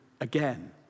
again